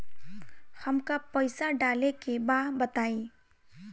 हमका पइसा डाले के बा बताई